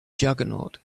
juggernaut